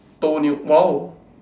toenail !wow!